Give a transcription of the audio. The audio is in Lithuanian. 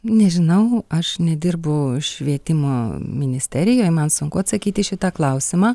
nežinau aš nedirbu švietimo ministerijoj man sunku atsakyti į šitą klausimą